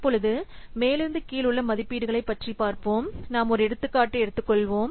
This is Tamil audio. இப்பொழுது மேலிருந்து கீழ் உள்ள மதிப்பீடுகளைப் பற்றி பார்ப்போம்நாம் ஒரு எடுத்துக்காட்டு எடுத்துக்கொள்வோம்